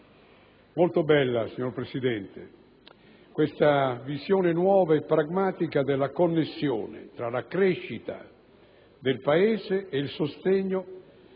Molto bella, signor Presidente, questa visione nuova e pragmatica della connessione tra la crescita del Paese, il sostegno